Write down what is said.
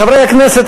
חברי הכנסת,